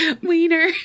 Wiener